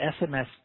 SMS